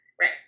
Right